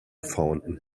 fountain